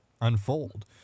unfold